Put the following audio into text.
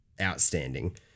outstanding